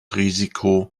risiko